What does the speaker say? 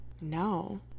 No